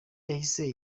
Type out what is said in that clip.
yahise